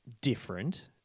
different